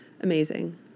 amazing